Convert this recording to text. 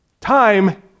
Time